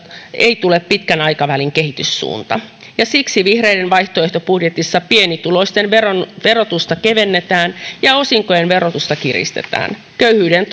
ei tule pitkän aikavälin kehityssuunta ja siksi vihreiden vaihtoehtobudjetissa pienituloisten verotusta verotusta kevennetään ja osinkojen verotusta kiristetään köyhyyden